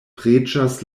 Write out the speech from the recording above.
preĝas